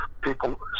people